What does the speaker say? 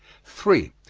three.